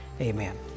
Amen